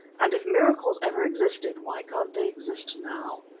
and if miracles ever existed, why can't they exist now?